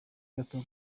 gato